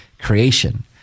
creation